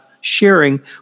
sharing